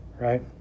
right